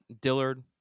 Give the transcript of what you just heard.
Dillard